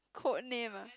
code name ah